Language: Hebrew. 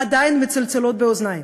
עדיין מצלצלים באוזני.